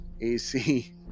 AC